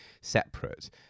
separate